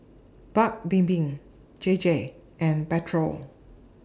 Paik's Bibim J J and Pedro